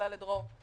שטרום.